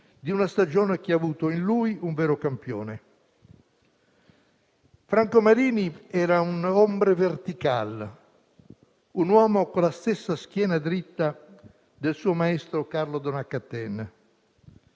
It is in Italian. di una stagione, che ha avuto in lui un vero campione. Franco Marini era un *hombre vertical*, un uomo con la stessa schiena dritta del suo maestro Carlo Donat-Cattin